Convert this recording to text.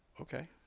okay